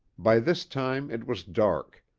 by this time it was dark.